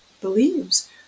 believes